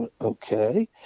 Okay